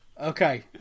Okay